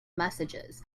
messages